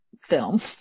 film